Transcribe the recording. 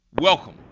welcome